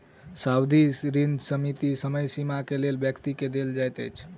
सावधि ऋण सीमित समय सीमा के लेल व्यक्ति के देल जाइत अछि